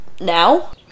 now